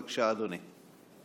בבקשה, אדוני.